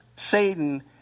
Satan